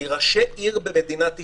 מראשי עיר במדינת ישראל.